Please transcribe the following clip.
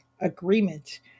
agreement